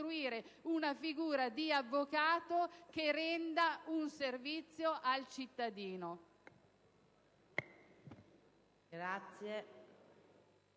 una figura di avvocato che renda un servizio al cittadino.